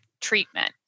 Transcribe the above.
treatment